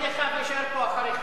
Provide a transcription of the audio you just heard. אני הייתי פה לפניך ואשאר פה אחריך,